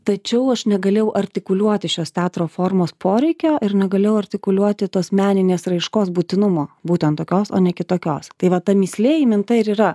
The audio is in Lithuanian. tačiau aš negalėjau artikuliuoti šios teatro formos poreikio ir nugalėjau artikuliuoti tos meninės raiškos būtinumo būtent tokios o ne kitokios tai va ta mįslė įminta ir yra